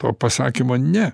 to pasakymo ne